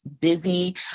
busy